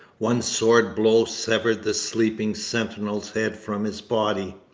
one sword-blow severed the sleeping sentinel's head from his body.